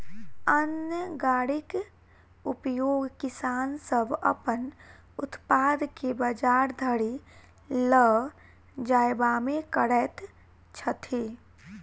अन्न गाड़ीक उपयोग किसान सभ अपन उत्पाद के बजार धरि ल जायबामे करैत छथि